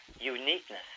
uniqueness